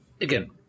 again